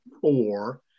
four